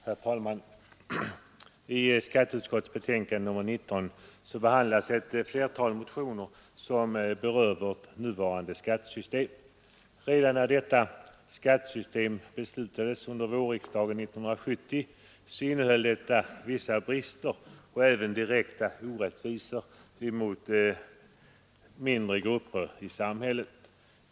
Herr talman! I skatteutskottets betänkande nr 19 behandlas ett flertal motioner som berör vårt nuvarande skattesystem. Redan när detta skattesystem beslutades under vårriksdagen 1970, innehöll det vissa brister och även direkta orättvisor mot mindre grupper i samhället.